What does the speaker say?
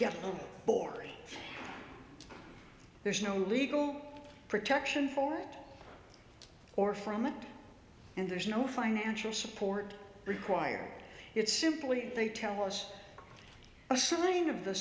gets bored there's no legal protection for it or from it and there's no financial support required it simply they tell us something of the